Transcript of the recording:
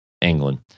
England